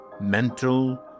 mental